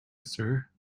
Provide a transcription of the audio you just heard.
sir